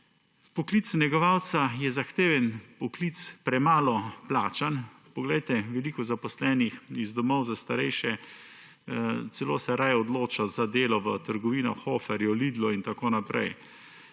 Poklic negovalca je zahteven poklic, premalo plačan. Poglejte, veliko zaposlenih iz domov za starejše se celo raje odloča za delo v trgovinah Hoferju, Lidlu in tako naprej.